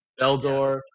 Eldor